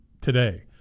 today